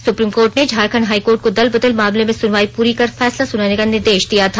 supreme court ने Jharkhand high court को दल बदल मामले में सुनवाई पूरी कर फैसला सुनाने का निर्देश दिया था